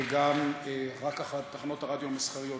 וגם תחנות הרדיו המסחריות.